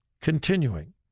Continuing